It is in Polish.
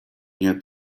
nie